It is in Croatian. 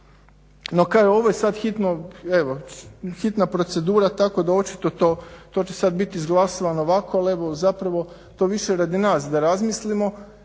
ovo je hitno, hitna procedura tako da očito to, to će sad biti izglasovano ovako, al evo zapravo to više radi nas da razmislimo